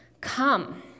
Come